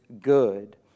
good